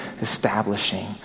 Establishing